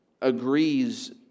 agrees